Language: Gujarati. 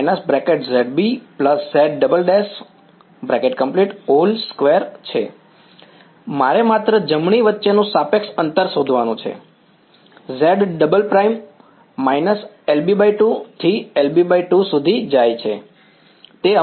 √d2 z − zB z′′2 મારે માત્ર જમણી વચ્ચેનું સાપેક્ષ અંતર શોધવાનું છે z ડબલ પ્રાઇમ − LB2 થી LB2 સુધી જાય છે